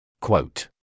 Quote